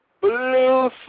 Blue